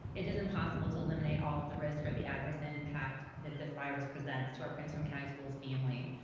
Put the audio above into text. it is impossible to eliminate all of the risk, or the adverse impact that this virus presents to our prince william um county schools family.